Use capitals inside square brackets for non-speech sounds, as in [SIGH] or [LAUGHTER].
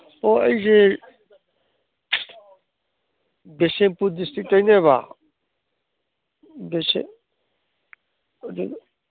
ꯑꯣ ꯑꯩꯁꯦ ꯕꯤꯁꯦꯝꯄꯨꯔ ꯗꯤꯁꯇ꯭ꯔꯤꯛꯇꯩꯅꯦꯕ ꯑꯗꯨꯁꯦ [UNINTELLIGIBLE]